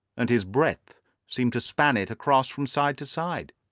and his breadth seemed to span it across from side to side.